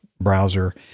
browser